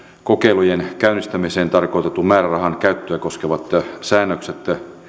kokeilujen käynnistämiseen tarkoitetun määrärahan käyttöä koskevat säännökset